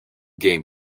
game